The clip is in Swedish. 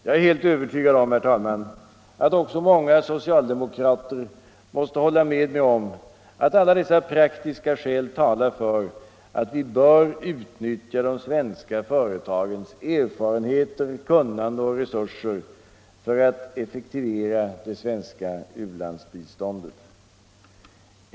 Jag är helt övertygad om, herr talman, att också många socialdemokrater måste hålla med mig om att alla dessa praktiska skäl talar för att vi bör utnyttja de svenska företagens erfarenheter, kunnande och resurser för att effektivera det svenska u-landsbiståndet.